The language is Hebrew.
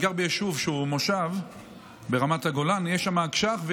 אני גר ביישוב שהוא מושב ברמת הגולן, יש בו אגש"ח.